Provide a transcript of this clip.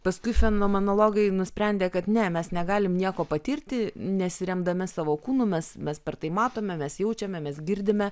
paskui fenomenologai nusprendė kad ne mes negalim nieko patirti nesiremdami savo kūnu mes mes per tai matome mes jaučiame mes girdime